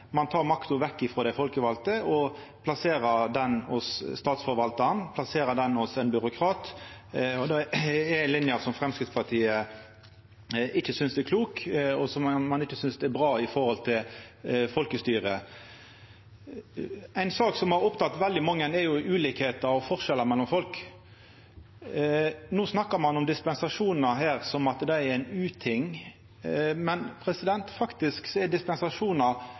ein ikkje skal gje dispensasjon. Då snevrar ein inn det lokale sjølvstyret, ein tek makta vekk frå dei folkevalde og plasserer makta hos statsforvaltaren, hos ein byråkrat. Det er ei linje som Framstegspartiet ikkje synest er klok og ikkje synest er bra i forholdet til folkestyret. Ei sak som har oppteke veldig mange, er ulikskap og forskjellar mellom folk. No snakkar ein her om dispensasjonar som ein uting. Men faktisk er dispensasjonar